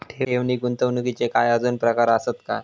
ठेव नी गुंतवणूकचे काय आजुन प्रकार आसत काय?